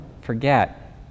forget